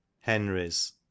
Henrys